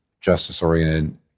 justice-oriented